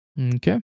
Okay